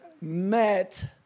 met